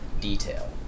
detail